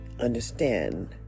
understand